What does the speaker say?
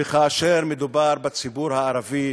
וכאשר מדובר בציבור הערבי,